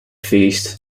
feast